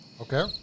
Okay